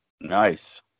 Nice